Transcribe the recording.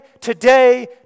today